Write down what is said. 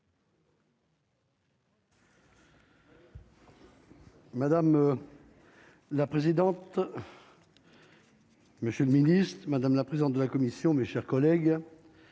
Madame. La présidente. Monsieur le ministre, madame la présidente de la commission, mes chers collègues,